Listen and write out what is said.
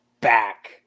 back